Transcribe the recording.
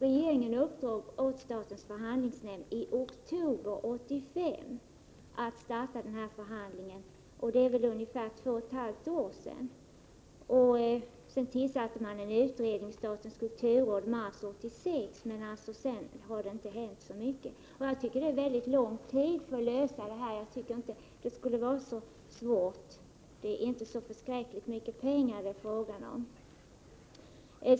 Regeringen uppdrog åt förhandlingsnämnden i oktober 1985 att starta den här förhandlingen, dvs. för ungefär två och ett halvt år sedan. Det tillsattes en utredning inom statens kulturråd i mars 1986, men sedan har det inte hänt så mycket. Det har alltså gått väldigt lång tid, men jag tycker inte att förhandlingarna borde vara så svåra. Det är inte så förskräckligt mycket pengar det är fråga om.